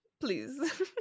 please